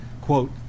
quote